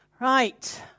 Right